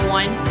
one